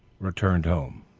returned home.